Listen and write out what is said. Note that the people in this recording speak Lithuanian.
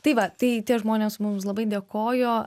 tai va tai tie žmonės mums labai dėkojo